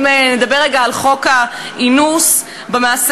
אם נדבר רגע על חוק האינוס במעשה,